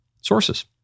sources